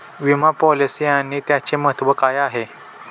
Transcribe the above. विमा पॉलिसी आणि त्याचे महत्व काय आहे?